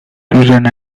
üzerinde